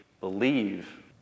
believe